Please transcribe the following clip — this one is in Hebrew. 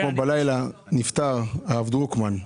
אתמול בלילה נפטר הרב דרוקמן,